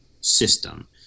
system